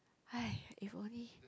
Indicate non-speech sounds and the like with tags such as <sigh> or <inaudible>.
<noise> if only